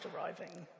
arriving